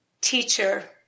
teacher